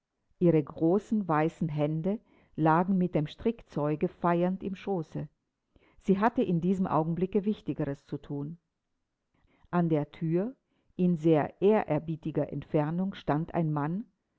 ihre großen weißen hände lagen mit dem strickzeuge feiernd im schoße sie hatte in diesem augenblicke wichtigeres zu thun an der thür in sehr ehrerbietiger entfernung stand ein mann